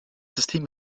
system